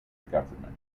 government